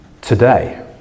today